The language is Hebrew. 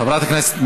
חבר הכנסת.